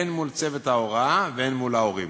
הן מול צוות ההוראה והן מול ההורים.